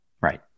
right